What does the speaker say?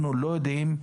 אנחנו לא יודעים,